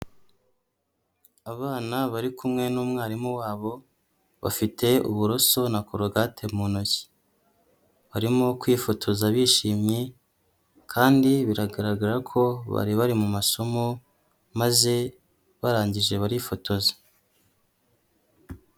Abana bari kumwe n'umwarimu wabo bafite uburoso na korogate mu ntoki, barimo kwifotoza bishimye kandi biragaragara ko bari bari mu masomo maze barangije barifotoza.